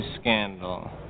scandal